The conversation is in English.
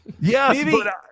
Yes